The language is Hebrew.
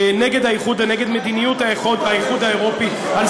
נגד מדיניות האיחוד האירופי, נכון.